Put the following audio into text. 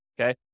okay